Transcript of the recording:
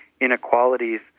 inequalities